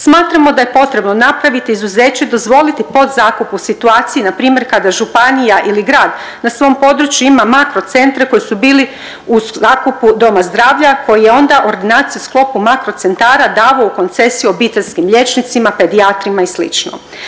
Smatramo da je potrebno napraviti izuzeće i dozvoliti podzakup u situaciji npr. kada županija ili grad na svom području ima makro centre koji su bili u zakupu doma zdravlja koji je onda ordinacije u sklopu makro centara davao u koncesiju obiteljskim liječnicima, pedijatrima i